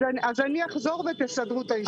אני אחזור ותסדרו את האישור.